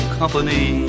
company